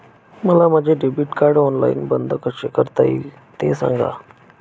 मला माझे debit card online बंद कसे करता येईल, ते सांगा